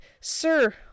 Sir